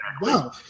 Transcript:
wow